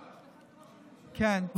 כן.